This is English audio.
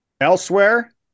Elsewhere